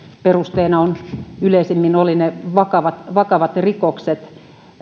perusteena yleisimmin olivat ne vakavat vakavat rikokset